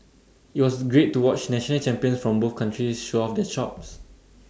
IT was great to watch national champions from both countries show off their chops